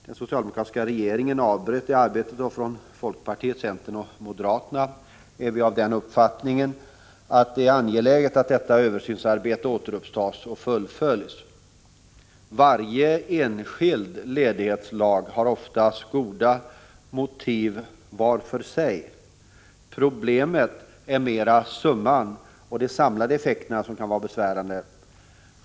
Den socialdemokratiska regeringen avbröt arbetet, och från folkpartiet, centern och moderaterna är vi av den uppfattningen att det är angeläget att detta översynsarbete återupptas och fullföljs. Varje enskild ledighetslag har oftast goda motiv bakom sig. Problemet är mera de samlade effekterna, som kan vara besvärande.